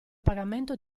pagamento